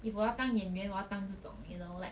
if 我要当演员我要当这种 you know like